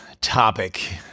topic